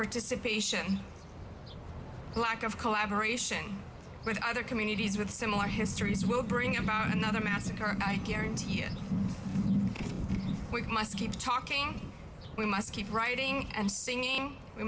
participation lack of collaboration with other communities with similar histories will bring about another massacre i guarantee you we must keep talking we must keep writing and singing we